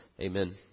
Amen